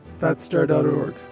fatstar.org